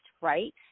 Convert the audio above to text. right